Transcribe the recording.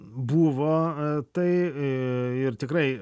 buvo tai ir tikrai